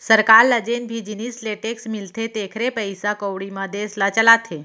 सरकार ल जेन भी जिनिस ले टेक्स मिलथे तेखरे पइसा कउड़ी म देस ल चलाथे